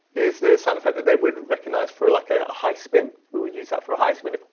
is the sound effect that they would recognise for like ah a high spin, we would use that for a high spin, if